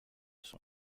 son